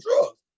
Drugs